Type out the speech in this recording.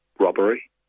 robbery